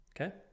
Okay